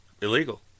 illegal